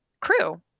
crew